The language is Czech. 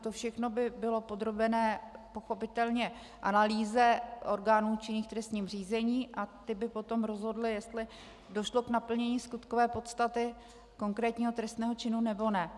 To všechno by bylo podrobeno pochopitelně analýze orgánů činných v trestním řízení a ty by potom rozhodly, jestli došlo k naplnění skutkové podstaty konkrétního trestného činu, nebo ne.